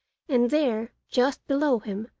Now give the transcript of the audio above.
and there, just below him,